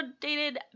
dated